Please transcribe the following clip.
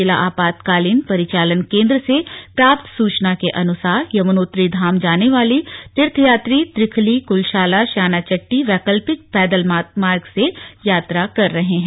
जिला आपातकालीन परिचालन केंद्र से प्राप्त सूचना के अनुसार यमुनोत्री धाम जाने वाले तीर्थयात्री त्रिखली कुलशाला शयानाचट्टी वैकल्पिक पैदल मार्ग से यात्रा कर रहे हैं